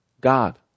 God